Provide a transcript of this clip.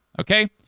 okay